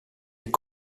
est